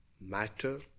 matter